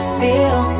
feel